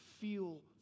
feel